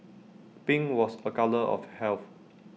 pink was A colour of health